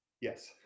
Yes